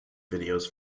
videos